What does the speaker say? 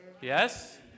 Yes